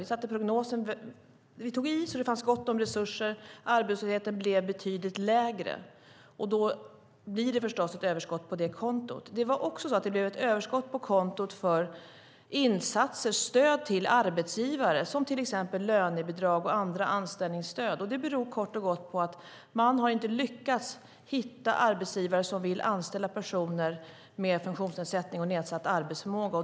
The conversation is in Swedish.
Vi tog i så att det fanns gott om resurser, och arbetslösheten blev betydligt lägre. Då blir det förstås ett överskott på det kontot. Det blev också ett överskott på kontot för insatser och stöd till arbetsgivare som till exempel lönebidrag och andra anställningsstöd. Det beror kort och gott på att man inte har lyckats hitta arbetsgivare som vill anställa personer med funktionsnedsättning och nedsatt arbetsförmåga.